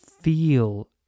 feel